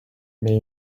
mais